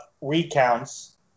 recounts